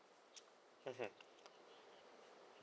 mmhmm